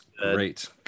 great